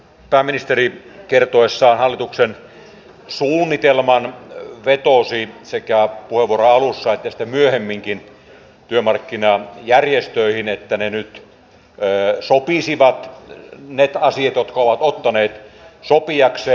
pääministeri kertoessaan hallituksen suunnitelman vetosi sekä puheenvuoron alussa että sitten myöhemminkin työmarkkinajärjestöihin että ne nyt sopisivat ne asiat jotka ovat ottaneet sopiakseen